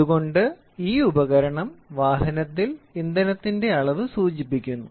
അതുകൊണ്ടു ഈ ഉപകരണം വാഹനത്തിൽ ഇന്ധനത്തിന്റെ അളവ് സൂചിപ്പിക്കുന്നു